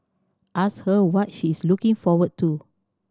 ask her what she is looking forward to